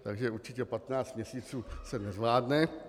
Takže určitě 15 měsíců se nezvládne.